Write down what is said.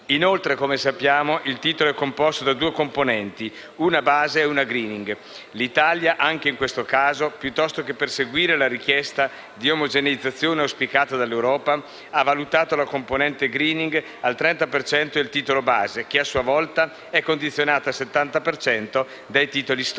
Inoltre - come sappiamo - il titolo è composto da due componenti, una base e una *greening*. L'Italia, anche in questo caso, piuttosto che perseguire la richiesta di omogeneizzazione auspicata dall'Europa, ha valutato la componente *greening* al 30 per cento del titolo base che, a sua volta, è condizionato al 70 per cento dai titoli storici,